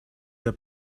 der